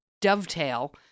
dovetail